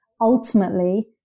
ultimately